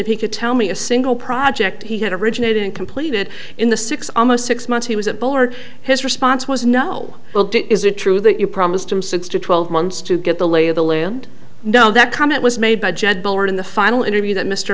if he could tell me a single project he had originated in completed in the six almost six months he was at bullard his response was no is it true that you promised him six to twelve months to get the lay of the land know that comment was made by jed born in the final interview that mr